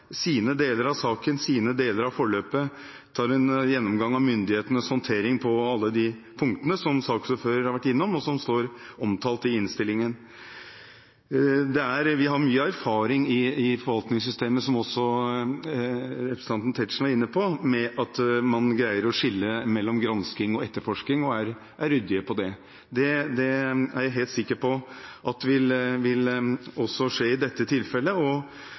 sine deler av saken, sine deler av forløpet – og tar en gjennomgang av myndighetenes håndtering på alle de punktene som saksordføreren har vært innom, og som står omtalt i innstillingen. Vi har mye erfaring i forvaltningssystemet, som også representanten Tetzschner var inne på, med at man greier å skille mellom gransking og etterforskning og er ryddige på det. Det er jeg helt sikker på at også vil skje i dette tilfellet.